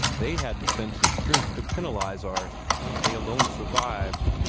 they had the sense and strength to penalize art they alone survived.